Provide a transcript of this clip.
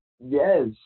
yes